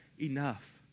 enough